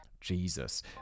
jesus